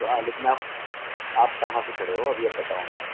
تو ہا لیکن آپ آپ کہاں سے چڑھے ہو ابھی اب بتاؤ گے